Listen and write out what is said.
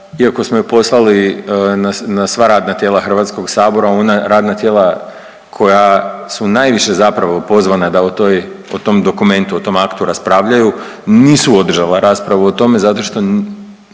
iako smo ju poslali na sva radna tijela Hrvatskog sabora, ona radna tijela koja su najviše zapravo pozvana da o toj, o tom dokumentu, o tom aktu raspravljaju nisu održala raspravu o tome zašto što